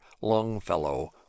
longfellow